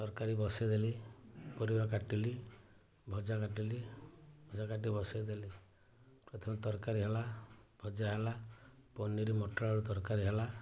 ତରକାରୀ ବସାଇ ଦେଲି ପରିବା କାଟିଲି ଭଜା କାଟିଲି ଭଜା କାଟି ବସାଇ ଦେଲି ପ୍ରଥମେ ତରକାରୀ ହେଲା ଭଜା ହେଲା ପନିର ମଟର ଆଳୁ ତରକାରୀ ହେଲା